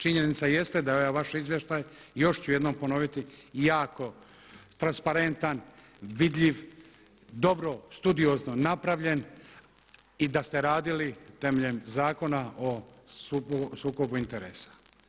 Činjenica jeste da je ovaj vaš izvještaj još ću jednom ponoviti, jako transparentan, vidljiv, dobro studiozno napravljen i da ste radili temeljem Zakon o sukobu interesa.